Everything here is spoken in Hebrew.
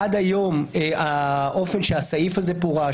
עד היום האופן שהסעיף הזה פורש,